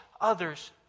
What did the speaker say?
others